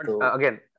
again